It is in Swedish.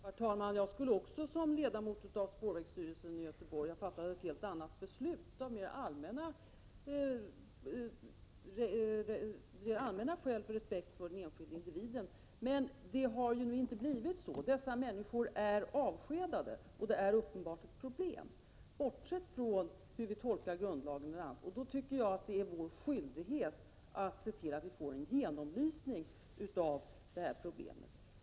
Herr talman! Jag skulle också, om jag hade varit ledamot av spårvägsstyrelsen i Göteborg, ha medverkat till att det fattats ett annat beslut — av allmänna skäl med hänsyn till respekten för den enskilde individen. Men det har nu inte blivit så. De personer som det gäller är avskedade, och det är uppenbart ett problem, bortsett från hur vi tolkar grundlagen e. d. Då tycker jagatt det är vår skyldighet att se till att vi får en genomlysning av problemet.